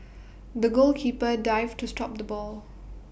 the goalkeeper dived to stop the ball